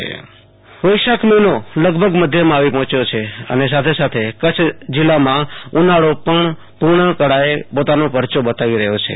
આશ્તોષ અંતાણી કચ્છ હવામાન વૈશાખ મહિનો લગભગ મધ્યમાં આવી પહોંચ્યો છે અને સાથે સાથે કચ્છ જિલ્લામાં ઉનાળો પણ પૂર્ણ કળાએ પોતાનો પરચો બતાવી રહયો છે